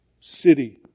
City